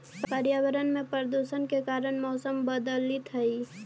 पर्यावरण में प्रदूषण के कारण मौसम बदलित हई